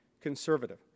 Conservative